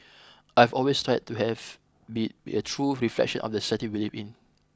I've always tried to have be a true reflection of the society we live in